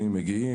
מגיעים,